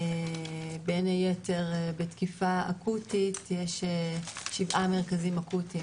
בין היתר בתקיפה אקוטית יש 7 מרכזים אקוטיים